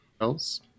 Else